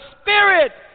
spirit